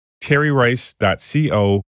terryrice.co